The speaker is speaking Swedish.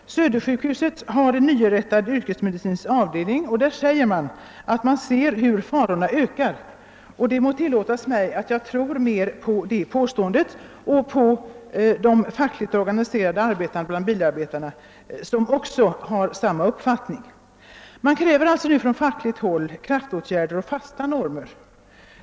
Söder sjukhuset har en nyinrättad yrkesmedicinsk avdelning, och man säger där att man ser hur farorna ökar. Det må tillåtas mig att tro mera på det påståendet och på de fackligt organiserade bland bilarbetarna, som har samma uppfattning. Från fackligt håll kräver man alltså nu kraftåtgärder och fasta normer.